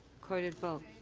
recorded vote,